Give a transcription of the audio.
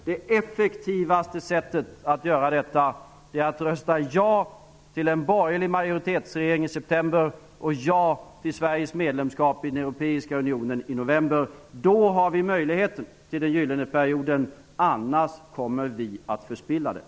Det effektivaste sättet att göra detta är att rösta ja till en borgerlig majoritetsregering i september och ja till Sveriges medlemskap i den europeiska unionen i november. Då har vi möjlighet till en gyllene period -- annars kommer vi att förspilla den.